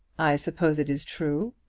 i suppose it is true?